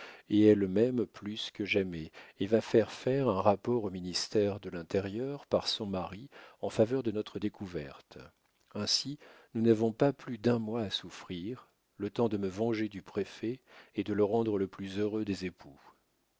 et elle m'aime plus que jamais et va faire faire un rapport au ministère de l'intérieur par son mari en faveur de notre découverte ainsi nous n'avons pas plus d'un mois à souffrir le temps de me venger du préfet et de le rendre le plus heureux des époux